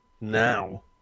now